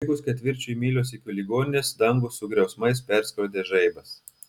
likus ketvirčiui mylios iki ligoninės dangų su griausmais perskrodė žaibas